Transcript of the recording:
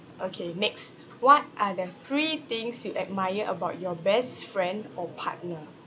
okay next what are the three things you admire about your best friend or partner